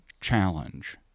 challenge